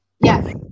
Yes